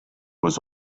was